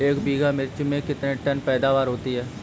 एक बीघा मिर्च में कितने टन पैदावार होती है?